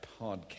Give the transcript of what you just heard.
podcast